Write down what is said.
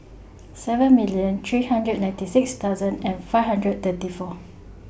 seven million three hundred ninety six thousand and five hundred thirty four